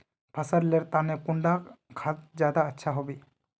फसल लेर तने कुंडा खाद ज्यादा अच्छा हेवै?